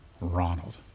Ronald